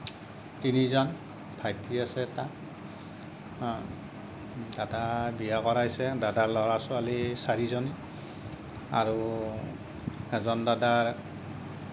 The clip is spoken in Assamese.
তিনিজন ভাইটী আছে এটা দাদা বিয়া কৰাইছে দাদাৰ ল'ৰা ছোৱালী চাৰিজনী আৰু এজন দাদা